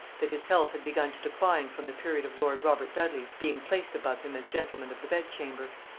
that his health had begun to decline from the period of lord robert dudley's being placed about him as gentleman of the bed-chamber.